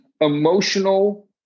emotional